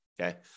okay